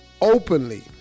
openly